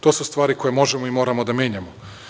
To su stvari koje možemo i moramo da menjamo.